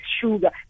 sugar